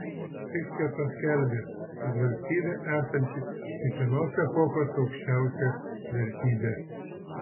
fichtė paskelbė kad valstybė esanti kiekvienos epochos aukščiausia vertybė